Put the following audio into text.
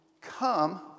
come